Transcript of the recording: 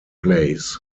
plays